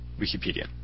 Wikipedia